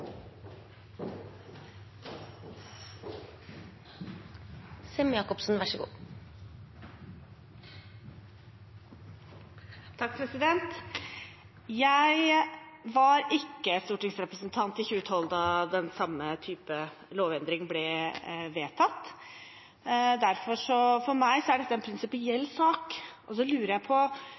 Jeg var ikke stortingsrepresentant i 2012 da den samme typen lovendring ble vedtatt. For meg er dette en prinsipiell sak. Jeg lurer på